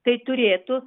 tai turėtų